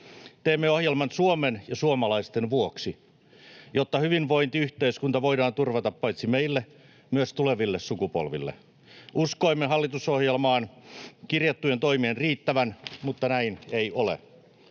Teimme ohjelman Suomen ja suomalaisten vuoksi: jotta hyvinvointiyhteiskunta voidaan turvata paitsi meille, myös tuleville sukupolville. Uskoimme hallitusohjelmaan kirjattujen toimien riittävän, mutta näin ei ole.